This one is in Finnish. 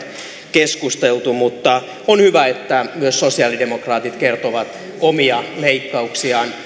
keskusteltu mutta on hyvä että myös sosialidemokraatit kertovat omia leikkauksiaan